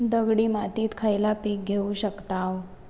दगडी मातीत खयला पीक घेव शकताव?